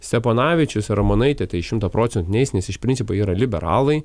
steponavičius ramonaitė tai šimtą procentų neis nes iš principo yra liberalai